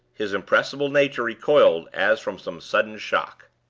his impressible nature recoiled as from some sudden shock.